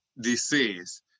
disease